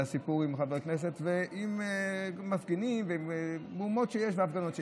היה סיפור עם חבר הכנסת ועם מפגינים ומהומות שיש והפגנות שיש.